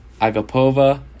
Agapova